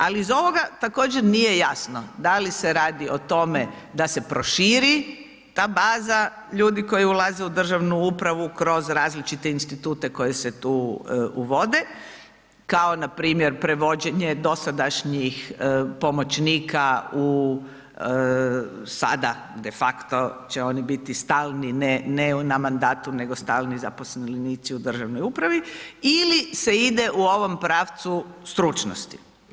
Ali iz ovoga također nije jasno da li se radi o tome da se proširi ta baza ljudi koji ulaze u državnu upravu kroz različite institute koji se tu uvode, kao npr. prevođenje dosadašnjih pomoćnika u sada defakto će oni biti stalni ne na mandatu, nego stalni zaposlenici u državnoj upravi ili se ide u ovom pravcu stručnosti.